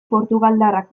portugaldarrak